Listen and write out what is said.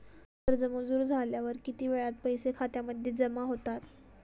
कर्ज मंजूर झाल्यावर किती वेळात पैसे खात्यामध्ये जमा होतात?